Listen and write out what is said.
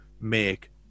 make